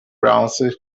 browser